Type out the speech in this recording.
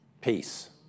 Peace